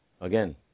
again